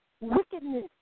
wickedness